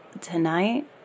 tonight